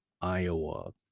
Iowa